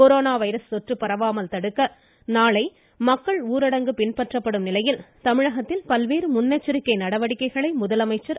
corona virus தொற்று பரவாமல் தடுக்க நாளை மக்கள் ஊரடங்கு பின்பற்றப்படும் நிலையில் தமிழகத்தில் பல்வேறு முன்னெச்சரிக்கை நடவடிக்கைகளை முதலமைச்சா் திரு